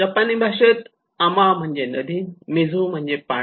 जपानी भाषेत अमा म्हणजे नदी आणि मिझू म्हणजे पाणी